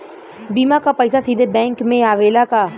बीमा क पैसा सीधे बैंक में आवेला का?